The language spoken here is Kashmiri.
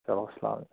چَلو اسَلام علیکُم